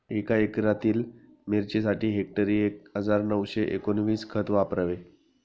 एका एकरातील मिरचीसाठी हेक्टरी एक हजार नऊशे एकोणवीस खत वापरावे